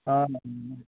অঁ অঁ